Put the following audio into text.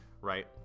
right